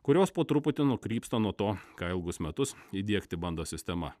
kurios po truputį nukrypsta nuo to ką ilgus metus įdiegti bando sistema